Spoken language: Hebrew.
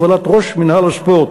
בהובלת ראש מינהל הספורט.